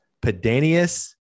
Pedanius